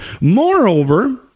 Moreover